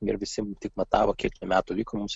ir visiem tik matavo kiek čia metų liko mums